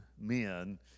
men